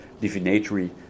divinatory